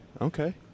okay